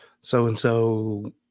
so-and-so